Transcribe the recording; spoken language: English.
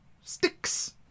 sticks